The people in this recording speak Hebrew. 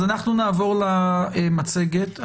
נעבור למצגת.